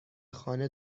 خانه